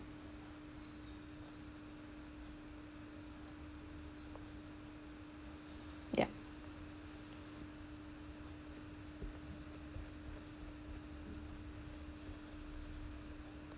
yup